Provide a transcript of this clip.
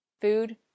food